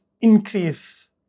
increase